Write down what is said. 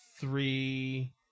three